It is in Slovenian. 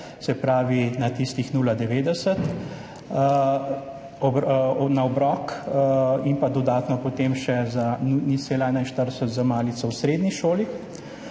se pravi na tistih 0,90 na obrok in pa dodatno potem še za 0,41 za malico v srednji šoli.